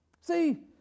See